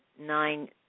nine